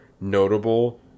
notable